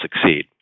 succeed